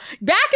Back